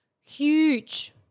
huge